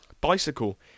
bicycle